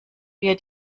wir